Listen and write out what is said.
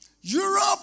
Europe